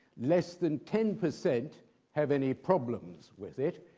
less than ten percent have any problems with it.